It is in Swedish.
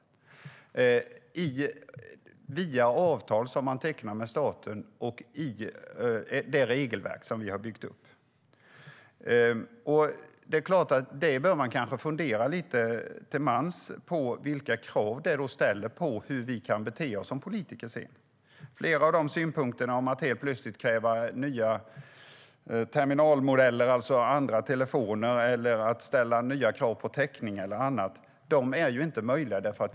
Det har man gjort via de avtal som har tecknats med staten och enligt det regelverk som vi har byggt upp. Det är klart att man lite till mans bör fundera på vilka krav det ställer på oss som politiker. Flera av de nya synpunkterna om att kräva nya terminalmodeller - det vill säga andra telefoner - eller ställa nya krav på täckning är ju inte möjliga att uppfylla.